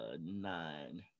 nine